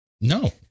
No